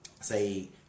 say